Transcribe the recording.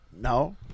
No